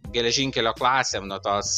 geležinkelio klasėm nuo tos